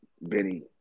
Benny